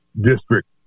district